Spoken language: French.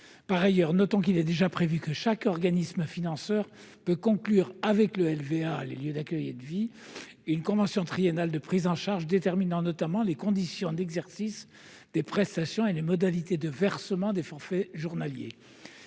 Par ailleurs, notons qu'il est déjà prévu que chaque organisme financeur puisse conclure avec le LVA une convention triennale de prise en charge, déterminant notamment les conditions d'exercice des prestations et les modalités de versement des forfaits journaliers.